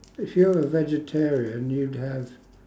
if you're a vegetarian you'd have